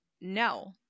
no